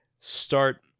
start